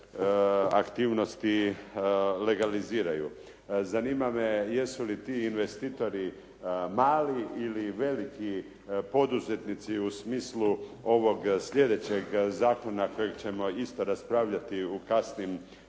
aktivnosti legaliziraju. Zanima me jesu li ti investitori mali ili veliki poduzetnici u smislu ovog zakona kojeg ćemo isto raspravljati u kasnim